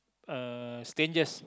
uh strangers